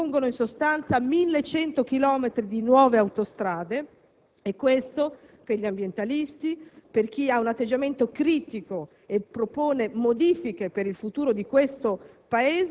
Si propongono, in sostanza, 1.100 chilometri di nuove autostrade e questo, per gli ambientalisti, per chi ha un atteggiamento critico e propone modifiche per il futuro di questo Paese,